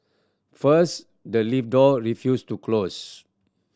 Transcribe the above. first the lift door refused to close